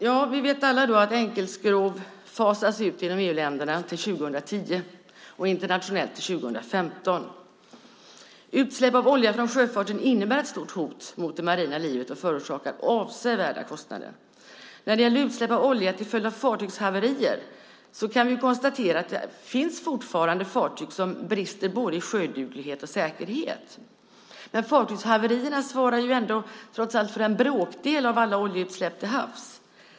Ja, vi vet alla att enkelskrov fasas ut inom EU-länderna till 2010 och internationellt till 2015. Utsläpp av olja från sjöfarten innebär ett stort hot mot det marina livet och förorsakar avsevärda kostnader. När det gäller utsläpp av olja till följd av fartygshaverier kan vi konstatera att det fortfarande finns fartyg som brister i både sjöduglighet och säkerhet. Men fartygshaverierna svarar trots allt bara för en bråkdel av alla oljeutsläpp till havs.